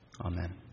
Amen